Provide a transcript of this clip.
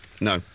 no